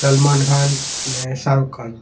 સલમાન ખાનને શારૂખાન